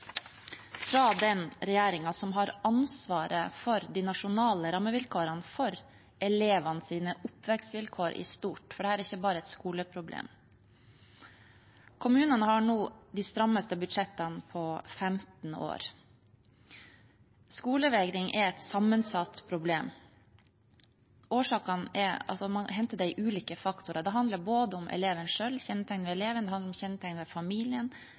fra den regjeringen som har ansvaret for de nasjonale rammevilkårene for elevenes oppvekstvilkår i stort, for dette er ikke bare et skoleproblem. Kommunene har nå de strammeste budsjettene på 15 år. Skolevegring er et sammensatt problem med ulike faktorer. Det handler om både kjennetegn ved eleven, kjennetegn ved familien og kjennetegn ved